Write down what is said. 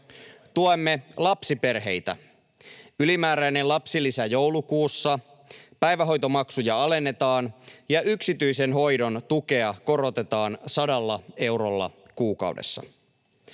Tuemme lapsiperheitä: ylimääräinen lapsilisä joulukuussa, päivähoitomaksuja alennetaan, ja yksityisen hoidon tukea korotetaan sadalla eurolla kuukaudessa.